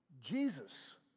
Jesus